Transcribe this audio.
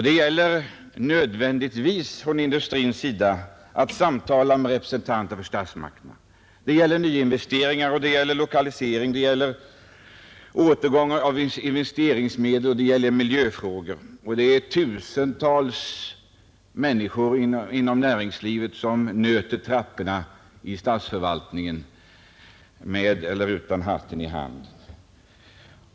Det blir nödvändigt för industrin att samtala med representanter för statsmakterna när det gäller nyinvesteringar, när det gäller lokalisering, när det gäller återgång av investeringsmedel och när det gäller miljöfrågor. Det är tusentals människor inom näringslivet som nöter trapporna i statsförvaltningen — med eller utan hatten i handen.